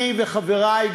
אני וחברי,